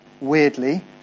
weirdly